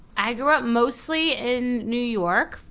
i grew up mostly in new york.